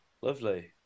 Lovely